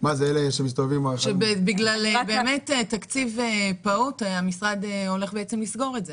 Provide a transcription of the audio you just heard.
שבאמת בגלל תקציב פעוט המשרד הולך בעצם לסגור את זה.